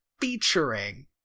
featuring